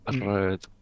Right